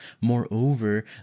Moreover